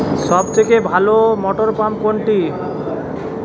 সবথেকে ভালো মটরপাম্প কোনটি?